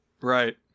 Right